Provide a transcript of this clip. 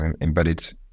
embedded